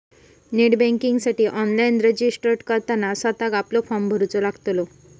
net बँकिंगसाठी online registered करताना स्वतःक आपलो फॉर्म भरूचो लागतलो